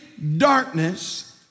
darkness